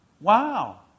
Wow